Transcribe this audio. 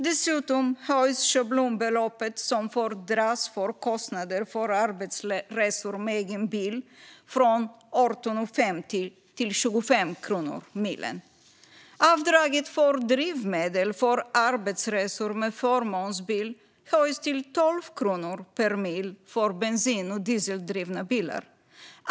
Dessutom höjs schablonbeloppet som får dras av för kostnader för arbetsresor med egen bil från 18,50 kronor till 25 kronor per mil. Avdraget för drivmedel för arbetsresor med förmånsbil höjs till 12 kronor per mil för bensin och dieseldrivna bilar.